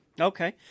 Okay